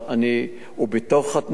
הוא בתמונה,